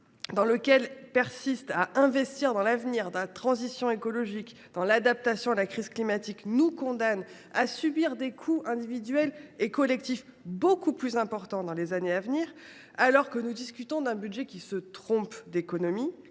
Gouvernement persiste, d’investir dans l’avenir que représente la transition écologique, dans l’adaptation à la crise climatique, nous condamne à subir des coûts individuels et collectifs beaucoup plus importants dans les années à venir ; alors que nous discutons, dis je, d’un budget qui se trompe d’économies,